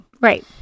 Right